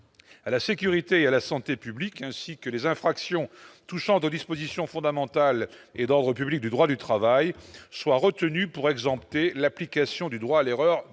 à la sécurité, à la santé publique, ainsi que les infractions touchant de dispositions fondamentales et d'ordre public, du droit du travail soit retenu pour exemple l'application du droit à l'erreur,